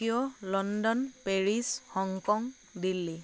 Tokyo London Paris Hong Kong Delhi